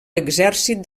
exèrcit